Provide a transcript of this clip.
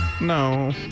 No